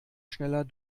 schneller